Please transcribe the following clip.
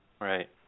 Right